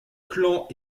clans